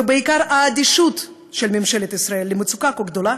ובעיקר האדישות של ממשלת ישראל למצוקה כה גדולה